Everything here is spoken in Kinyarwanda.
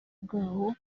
bwawo